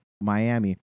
Miami